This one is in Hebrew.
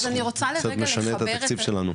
זה היה משנה את התקציב שלנו.